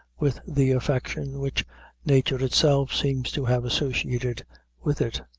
with the affection which nature itself seems to have associated with it.